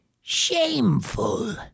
Shameful